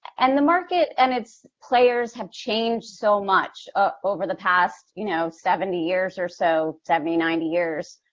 and the market and its players have changed so much over the past, you know, seventy years or so, seventy, ninety years.